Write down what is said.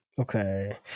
Okay